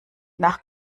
nach